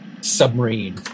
submarine